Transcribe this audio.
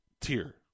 tier